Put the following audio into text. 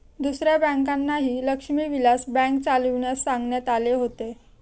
दुसऱ्या बँकांनाही लक्ष्मी विलास बँक चालविण्यास सांगण्यात आले होते